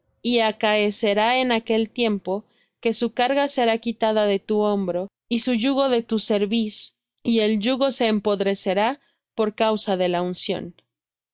y acaecerá en aquel tiempo que su carga será quitada de tu hombro y su yugo de tu cerviz y el yugo se empodrecerá por causa de la unción